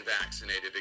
vaccinated